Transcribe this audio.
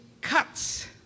cuts